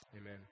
Amen